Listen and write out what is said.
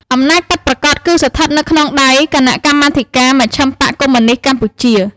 អំណាចពិតប្រាកដគឺស្ថិតនៅក្នុងដៃ «គណៈកម្មាធិការមជ្ឈិមបក្សកុម្មុយនីស្តកម្ពុជា»។